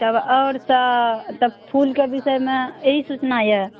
तब आओरसँ तब फूलके विषयमे एहि सूचना यऽ